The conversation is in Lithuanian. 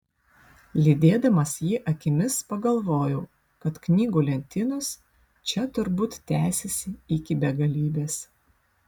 lydėdamas jį akimis pagalvojau kad knygų lentynos čia turbūt tęsiasi iki begalybės